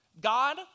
God